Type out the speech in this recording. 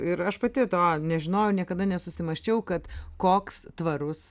ir aš pati to nežinojau niekada nesusimąsčiau kad koks tvarus